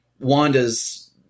Wanda's